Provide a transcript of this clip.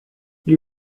gli